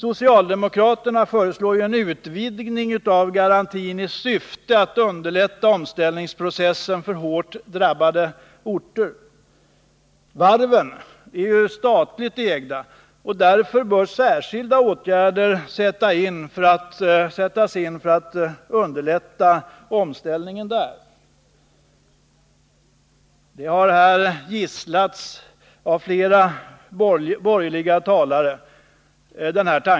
Socialdemokraterna föreslår en utvidgning av garantin i syfte att underlätta omställningsprocessen för hårt drabbade orter. Varven är statligt ägda, och därför bör särskilda åtgärder sättas in för att underlätta omställningen där. Det har gisslats av flera borgerliga talare.